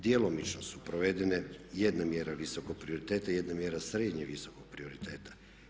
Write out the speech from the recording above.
Djelomično su provedene jedna mjera visokog prioriteta i jedna mjera srednje visokog prioriteta.